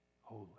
Holy